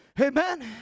Amen